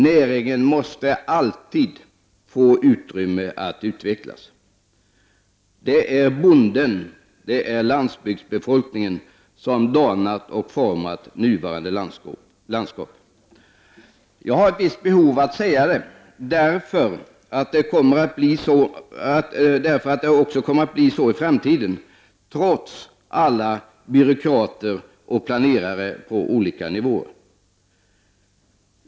Näringen måste alltid få utrymme att utvecklas. Det är bonden och landsbygdsbefolkningen som danat och format nuvarande landskap. Jag har ett visst behov av att säga detta, eftersom det också kommer att bli så i framtiden, trots alla byråkrater och planerare på olika nivåer.